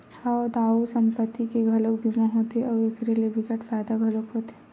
हव दाऊ संपत्ति के घलोक बीमा होथे अउ एखर ले बिकट फायदा घलोक होथे